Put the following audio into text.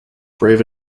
brave